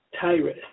Tyrus